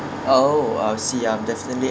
oh I see I'm definitely